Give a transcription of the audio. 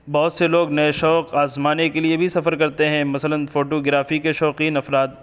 بہت سے لوگ نئے شوق آزمانے کے لیے بھی سفر کرتے ہیں مثلاً فوٹو گرافی کے شوقین افراد